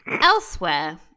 Elsewhere